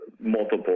multiple